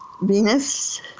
Venus